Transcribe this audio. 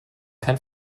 kein